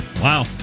Wow